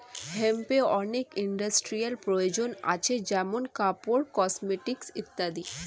হেম্পের অনেক ইন্ডাস্ট্রিয়াল প্রয়োজন আছে যেমন কাপড়, কসমেটিকস ইত্যাদি